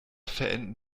verenden